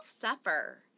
suffer